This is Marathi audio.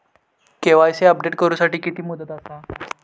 के.वाय.सी अपडेट करू साठी किती मुदत आसा?